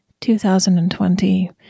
2020